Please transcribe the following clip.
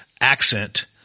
accent